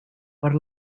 per